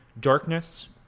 darkness